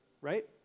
right